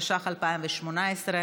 התשע"ח 2018,